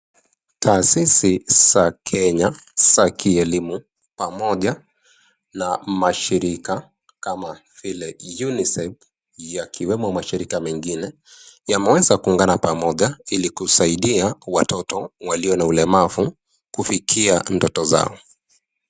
Taasisi za Kenya za kielimu pamoja na mashirika kama vile(us) UNICEF(us) yakiwemo mashirika mengine, yameweza kuungana pamoja ili kusaidia watoto waliona ulemavu kufikia ndoto zao.